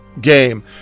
game